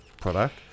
product